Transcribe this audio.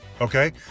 okay